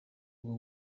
bwo